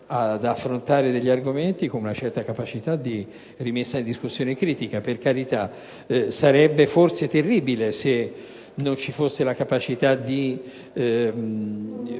ad affrontare argomenti con una certa capacità di rimessa in discussione critica, per carità; sarebbe forse terribile se non ci fosse la capacità di